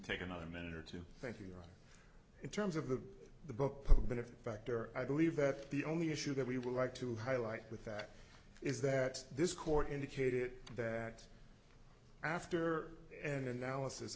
take another minute or two thank you in terms of the the book puppet effect or i believe that the only issue that we would like to highlight with that is that this court indicated that after an analysis